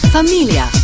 Familia